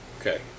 Okay